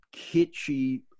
kitschy